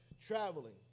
traveling